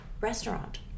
restaurant